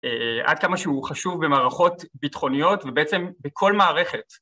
עד כמה שהוא חשוב במערכות ביטחוניות ובעצם בכל מערכת.